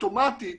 אוטומטית